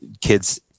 kids